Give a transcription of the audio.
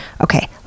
Okay